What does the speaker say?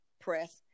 press